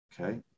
Okay